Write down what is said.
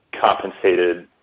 compensated